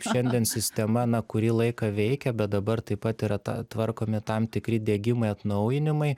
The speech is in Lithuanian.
šiandien sistema na kurį laiką veikia bet dabar taip pat yra ta tvarkomi tam tikri diegimai atnaujinimai